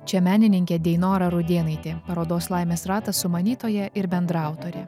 čia menininkė deinora rudėnaitė parodos laimės ratas sumanytoja ir bendraautorė